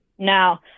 Now